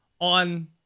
on